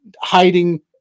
hiding